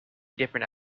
different